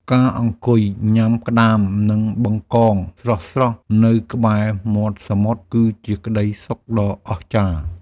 ការអង្គុយញ៉ាំក្ដាម និងបង្កងស្រស់ៗនៅក្បែរមាត់សមុទ្រគឺជាក្ដីសុខដ៏អស្ចារ្យ។